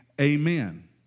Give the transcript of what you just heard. amen